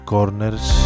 Corners